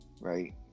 right